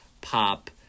pop